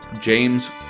James